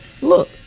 look